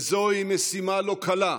וזוהי משימה לא קלה,